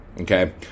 Okay